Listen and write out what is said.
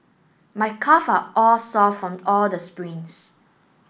my calve are sore from all the sprints